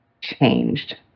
changed